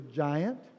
giant